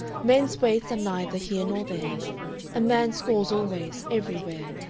men's waists are neither here nor there a man scores always, everywhere.